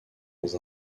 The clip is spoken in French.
dans